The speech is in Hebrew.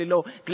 ואלה לא כללי,